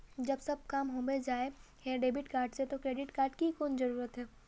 जब सब काम होबे जाय है डेबिट कार्ड से तो क्रेडिट कार्ड की कोन जरूरत है?